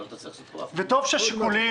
וטוב שהשיקולים